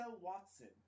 Watson